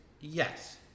Yes